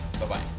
Bye-bye